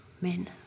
men